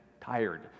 tired